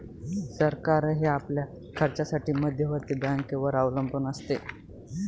सरकारही आपल्या खर्चासाठी मध्यवर्ती बँकेवर अवलंबून असते